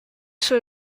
sur